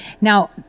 now